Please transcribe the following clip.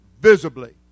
visibly